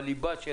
בליבה של